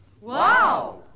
Wow